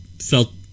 felt